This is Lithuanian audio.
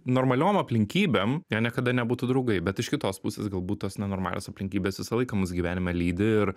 normaliom aplinkybėm jie niekada nebūtų draugai bet iš kitos pusės galbūt tos nenormalios aplinkybės visą laiką mus gyvenime lydi ir